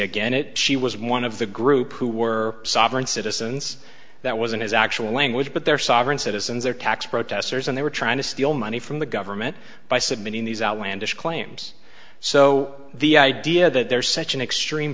again it she was one of the group who were sovereign citizens that wasn't his actual language but their sovereign citizens or tax protestors and they were trying to steal money from the government by submitting these outlandish claims so the idea that there's such an extreme